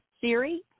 Siri